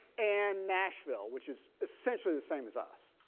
and nashville which is essentially the same as us.